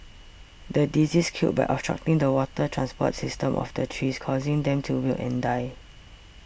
the disease killed by obstructing the water transport system of the trees causing them to wilt and die